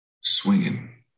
swinging